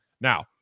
Now